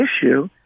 issue